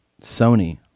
Sony